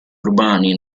urbani